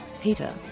Peter